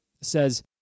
says